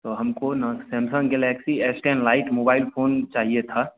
तो हमको ना Samsung Galaxy S ten lite mobile phone चाहिए था